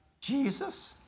Jesus